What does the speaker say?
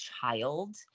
child